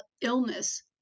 illness